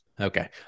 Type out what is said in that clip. Okay